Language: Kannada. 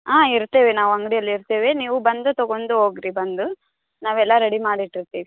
ಹಾಂ ಇರ್ತೇವೆ ನಾವು ಅಂಗ್ಡಿಯಲ್ಲಿ ಇರ್ತೇವೆ ನೀವು ಬಂದು ತಗೊಂಡು ಹೋಗ್ರಿ ಬಂದು ನಾವೆಲ್ಲ ರೆಡಿ ಮಾಡಿ ಇಟ್ಟಿರ್ತೀವಿ